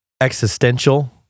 Existential